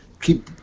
keep